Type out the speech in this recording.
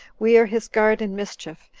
we are his guard in mischief,